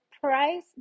price